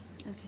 Okay